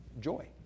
joy